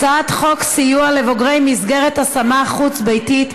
הצעת חוק סיוע לבוגרי מסגרת השמה חוץ-ביתית,